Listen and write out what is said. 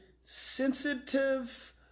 sensitive